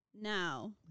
Now